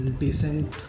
decent